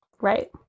Right